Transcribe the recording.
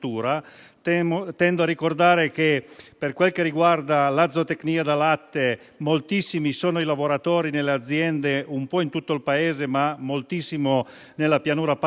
Tengo a ricordare che, per quel che riguarda la zootecnia da latte, moltissimi sono i lavoratori nelle aziende di tutto il Paese, ma soprattutto nella Pianura padana